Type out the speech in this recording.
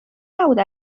نبود